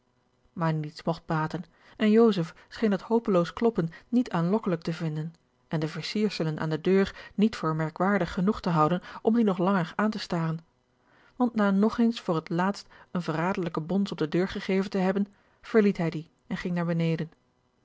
maar niets mogt baten en joseph scheen dat hopeloos kloppen niet aanlokkelijk te vinden en de versierselen aan de deur niet voor merkwaardig genoeg te houden om die nog langer aan te staren want na nog eens voor het laatst een verrageorge een ongeluksvogel derlijke bons op de deur gegeven te hebben verliet hij die en ging naar beneden